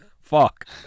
fuck